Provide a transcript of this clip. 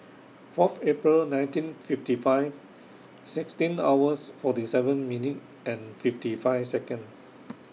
Fourth April nineteen fifty five sixteen hours forty seven minute and fifty five Second